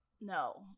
No